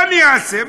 מה אעשה?